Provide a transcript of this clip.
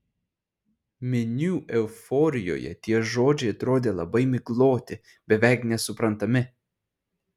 minių euforijoje tie žodžiai atrodė labai migloti beveik nesuprantami